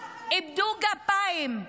איבדו גפיים.